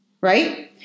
Right